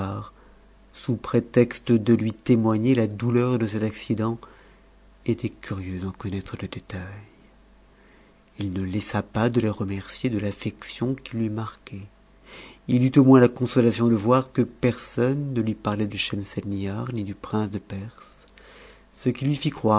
sous prétexte de lui témoigner la douleur de cet accident étaient curieux d'en connaître e détail il ne laissa pas de les remercier de l'affection qu'its lui marquaient h eut au moins a consolation de voir que personne ne u parlait de schemselnihar ni du prince de perse ce qui lui fit